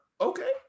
okay